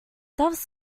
doves